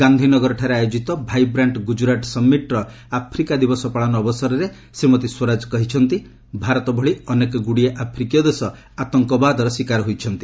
ଗାନ୍ଧିନଗରଠାରେ ଆୟୋଜିତ ଭାଇବ୍ରାଷ୍ଟ୍ ଗୁଜରାଟ ସମିଟ୍ର ଆଫ୍ରିକା ଦିବସ ପାଳନ ଅବସରରେ ଶ୍ରୀମତୀ ସ୍ୱରାଜ କହିଚନ୍ତି ଭାରତ ଭଳି ଅନେକଗୁଡ଼ିଏ ଆଫ୍ରିକୀୟ ଦେଶ ଆତଙ୍କବାଦର ଶୀକାର ହୋଇଛନ୍ତି